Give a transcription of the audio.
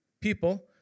people